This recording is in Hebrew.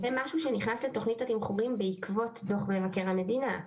זה משהו שנכנס לתוכנית התמחורים בעקבות דו"ח מבקר המדינה.